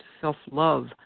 self-love